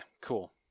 cool